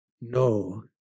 no